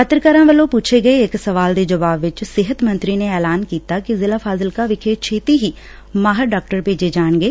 ਪੱਤਰਕਾਰਾਂ ਵੱਲੋਂ ਪੱਛੇ ਗਏ ਇਕ ਸਵਾਲ ਦੇ ਜਵਾਬ ਵਿਚ ਸਿਹਤ ਮੰਤਰੀ ਨੇ ਐਲਾਨ ਕੀਤਾ ਕਿ ਜ਼ਿਲ੍ਹਾ ਫਾਜ਼ਿਲਕਾ ਵਿਖੇ ਛੇਡੀ ਹੀ ਮਾਹਿਰ ਡਾਕਟਰ ਭੇਜੇ ਜਾਣਗੇ